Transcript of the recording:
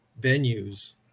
venues